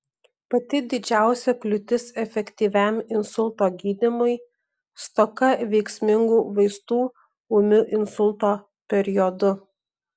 pati didžiausia kliūtis efektyviam insulto gydymui stoka veiksmingų vaistų ūmiu insulto periodu